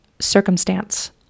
circumstance